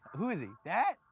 who is he? that?